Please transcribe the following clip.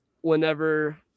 whenever